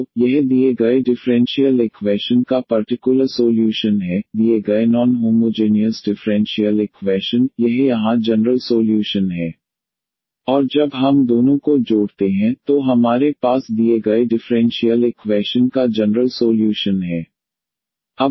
तो यह दिए गए डिफ़्रेंशियल इक्वैशन का पर्टिकुलर सोल्यूशन है दिए गए नॉन होमोजेनियस डिफ़्रेंशियल इक्वैशन यह यहां जनरल सोल्यूशन है और जब हम दोनों को जोड़ते हैं तो हमारे पास दिए गए डिफ़्रेंशियल इक्वैशन का जनरल सोल्यूशन है